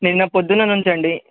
నిన్న పొద్దున్న నుంచి అండి